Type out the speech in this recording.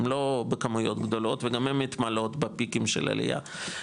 הם לא בכמויות גדולות וגם הם מתמלאות בפיקים של עלייה.